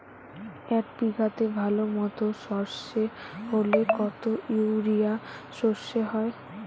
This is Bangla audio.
এক বিঘাতে ভালো মতো সর্ষে হলে কত ইউরিয়া সর্ষে হয়?